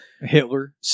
Hitler